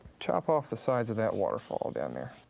chop off the sides of that waterfall down there.